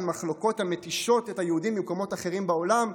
מחלוקות המתישות את היהודים במקומות אחרים בעולם,